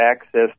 access